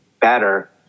better